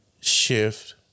shift